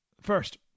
First